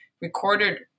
recorded